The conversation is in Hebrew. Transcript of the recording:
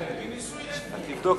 כי ניסוי אין פה.